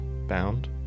bound